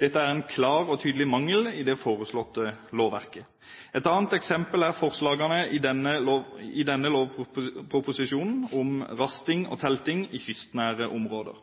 Dette er en klar og tydelig mangel i det foreslåtte lovverket. Et annet eksempel er forslagene i denne lovproposisjonen om rasting og telting i kystnære områder.